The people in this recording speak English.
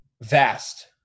vast